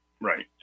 right